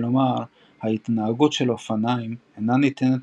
כלומר ההתנהגות של אופניים אינה ניתנת